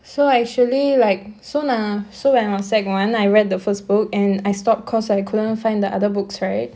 so actually like so lah so when I was sec one I read the first book and I stopped because I couldn't find the other books right